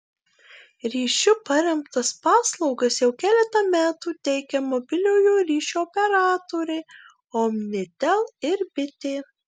ryšiu paremtas paslaugas jau keletą metų teikia mobiliojo ryšio operatoriai omnitel ir bitė